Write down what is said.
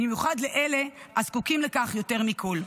במיוחד לאלה הזקוקים לכך יותר מכול.